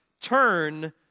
turn